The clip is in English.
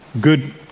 good